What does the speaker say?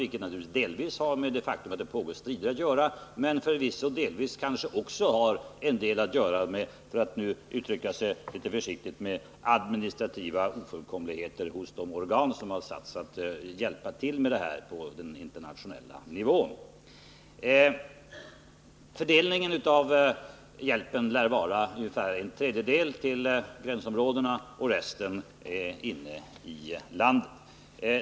Detta har naturligtvis att göra med det faktum att det pågår strider där, men förvisso har det kanske också en del att göra med, för att uttrycka sig försiktigt, administrativa ofullkomligheter hos de organ som har satts att hjälpa till med det här arbetet på den internationella nivån. Fördelningen av hjälpsändningarna lär vara sådan att ungefär en tredjedel går till gränsområdena och resten till det inre av landet.